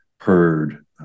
heard